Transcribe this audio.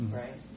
right